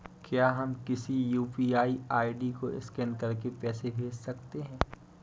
क्या हम किसी यू.पी.आई आई.डी को स्कैन करके पैसे भेज सकते हैं?